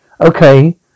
Okay